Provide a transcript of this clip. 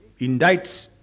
indicts